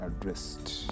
addressed